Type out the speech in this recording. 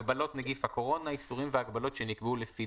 "הגבלות נגיף הקורונה" איסורים והגבלות שנקעו לפי